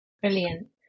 brilliant